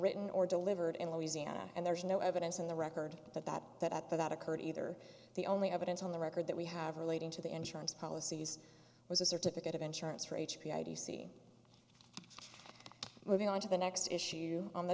written or delivered in louisiana and there's no evidence on the record that that that that occurred either the only evidence on the record that we have relating to the insurance policies was a certificate of insurance for h p i d c moving on to the next issue on the